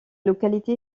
localité